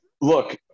look